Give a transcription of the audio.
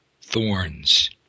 Thorns